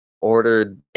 ordered